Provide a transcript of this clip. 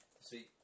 See